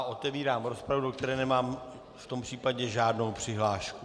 Otevírám rozpravu, do které nemám v tom případě žádnou přihlášku.